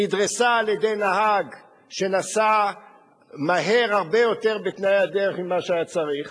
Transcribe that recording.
נדרסה על-ידי נהג שנסע מהר הרבה יותר ממה שהיה צריך